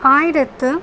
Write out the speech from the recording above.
ஆயிரத்து